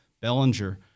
Bellinger